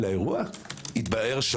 זה התברר בליל האירוע?